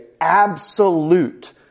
absolute